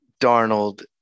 Darnold